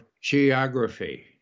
geography